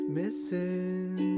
missing